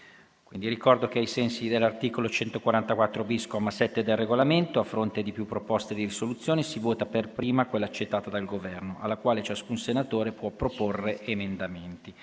Ricordo che, ai sensi dell'articolo 144-*bis*, comma 7, del Regolamento, a fronte di più proposte di risoluzione, si vota per prima quella accettata dal Governo, alla quale ciascun senatore può proporre emendamenti.